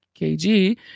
KG